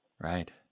Right